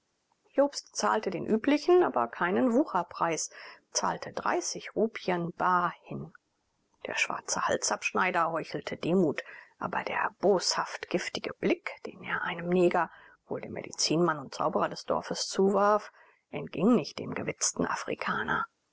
jobst zahlte den üblichen aber keinen wucherpreis zahlte dreißig rupien bar hin der schwarze halsabschneider heuchelte demut aber der boshaft giftige blick den er einem neger wohl dem medizinmann und zauberer des dorfes zuwarf entging nicht dem gewitzigten afrikaner